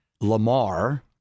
Lamar